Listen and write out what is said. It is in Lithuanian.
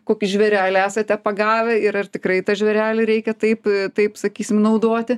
kokį žvėrelį esate pagavę ir ar tikrai tą žvėrelį reikia taip taip sakysim naudoti